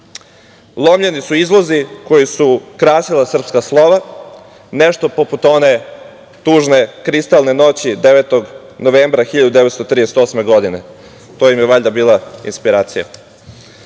Lomljeni su izlozi koji su krasila srpska slova, nešto poput one tužne kristalne noći 9. novembra 1938. godine. To im je valjda bila inspiracija. Prebijani